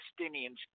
Palestinians